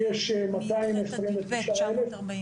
יש 862 מבודדים, יחסית מעט גם בבידוד.